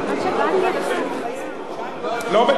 מתחייב חודשיים, לא בטרומית.